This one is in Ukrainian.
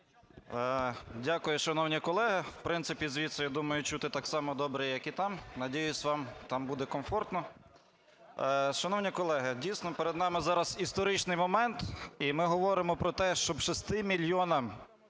Дякую. Шановні колеги, в принципі, звідси, я думаю, чути так само добре, як і там. Надіюся, вам там буде комфортно. Шановні колеги, дійсно, перед нами зараз історичний момент, і ми говоримо про те, щоб 6 мільйонам